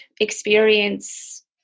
experience